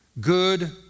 Good